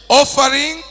offering